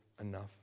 enough